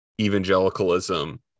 evangelicalism